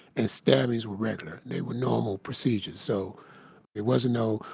and stabbings were regular. they were normal procedures, so it wasn't no,